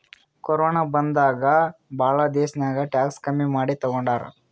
corona ಬಂದಾಗ್ ಭಾಳ ದೇಶ್ನಾಗ್ ಟ್ಯಾಕ್ಸ್ ಕಮ್ಮಿ ಮಾಡಿ ತಗೊಂಡಾರ್